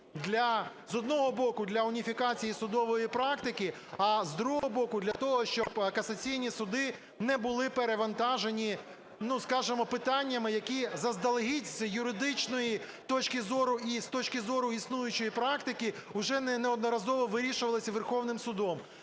з одного боку, для уніфікації судової практики, а, з другого боку, для того, щоб касаційні суди не були перевантажені, ну, скажімо, питаннями, які заздалегідь з юридичної точки зору і з точки зору існуючої практики уже неодноразово вирішувалися Верховним Судом.